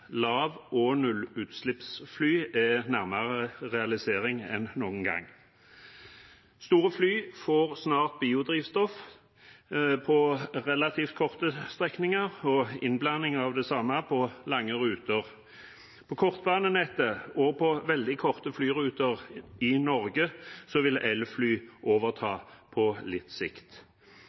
Lav- og nullutslippsfly er nærmere realisering enn noen gang. Store fly får snart biodrivstoff på relativt korte strekninger, og innblanding av det samme på lange ruter. På kortbanenettet og på veldig korte flyruter i Norge vil elfly overta på litt sikt.